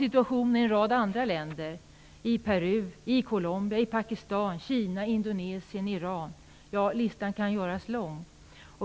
Situationen är liknande i en rad andra länder som listan kan göras lång.